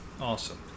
Awesome